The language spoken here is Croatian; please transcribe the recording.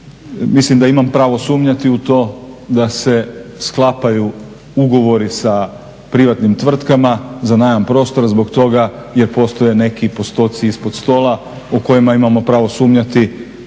Mislim da imam pravo sumnjati u to da se sklapaju ugovori sa privatnim tvrtkama za najam prostora zbog toga jer postoje neki postoci ispod stola o kojima imamo pravo sumnjati